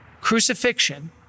crucifixion